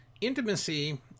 intimacy